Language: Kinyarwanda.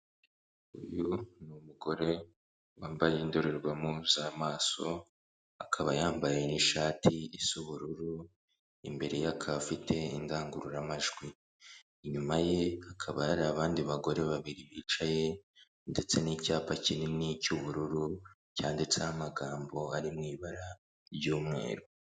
Uyu ni umugore wambaye indorerwamo z'amaso, akaba yambaye n'ishati isa ubururu, imbere ye akaba afite indangururamajwi, inyuma ye hakaba hari abandi bagore babiri bicaye, ndetse n'icyapa kinini cy'ubururu cyanditseho amagambo ari mu ibara ry'umweru.